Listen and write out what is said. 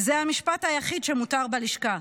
זה המשפט היחיד שמותר בלשכה.